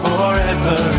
Forever